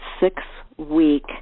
six-week